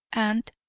and,